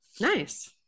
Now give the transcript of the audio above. Nice